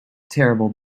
terrible